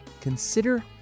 Consider